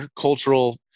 cultural